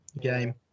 Game